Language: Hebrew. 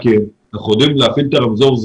להפעיל את הרמזור,